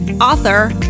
author